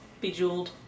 Bejeweled